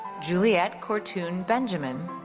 juliet kortoon benjamin.